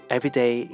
Everyday